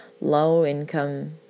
low-income